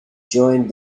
joined